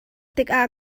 tikah